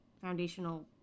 foundational